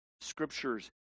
Scriptures